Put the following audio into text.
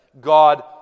God